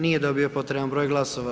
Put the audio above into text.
Nije dobio potreban broj glasova.